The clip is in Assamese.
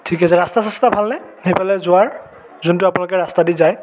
ঠিক আছে ৰাস্তা চাস্তা ভালনে সেইফালে যোৱাৰ যোনটো আপোনালোকে ৰাস্তা দি যায়